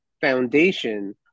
foundation